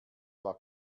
war